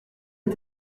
est